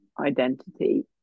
identity